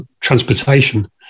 transportation